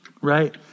Right